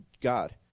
God